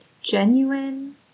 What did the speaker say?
genuine